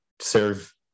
serve